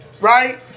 right